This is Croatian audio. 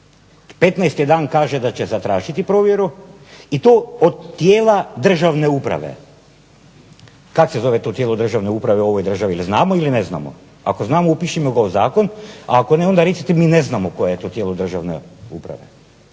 dan kaže da će zatražiti provjeru i to od tijela državne uprave. Kako se zove to tijelo državne uprave u ovoj državi? Jel' znamo ili ne znamo? Ako znamo upišimo ga u zakon, a ako ne onda recite mi ne znamo koje je to tijelo državne uprave.